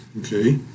Okay